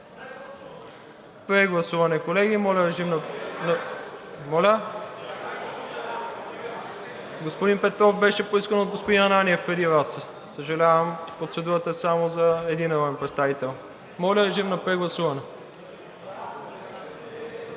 Прегласуване, колеги! Моля, режим на гласуване.